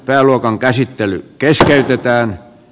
pääluokan käsittely keskeytetään